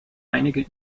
einige